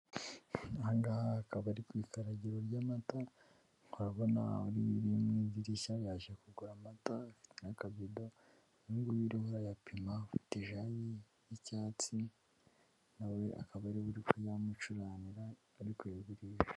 Aha ngaha akaba ari ku ikaragiro ry'amata, urabona uriya uri mu idirishya yaje kugura amata afite akabido, uwundi urimo urayapima, afite ijagi y'icyatsi, na we akaba ariwe uri kuyamucuranira ari kuyagurisha.